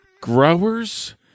growers